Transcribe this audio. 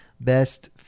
best